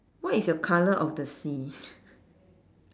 what is the colour of the seas